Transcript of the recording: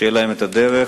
תהיה הדרך,